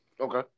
Okay